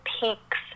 peaks